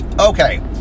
Okay